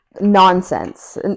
nonsense